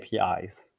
APIs